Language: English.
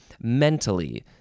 mentally